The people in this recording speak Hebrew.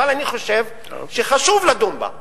אבל אני חושב שחשוב לדון בה.